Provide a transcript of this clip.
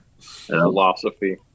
Philosophy